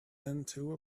into